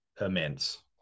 immense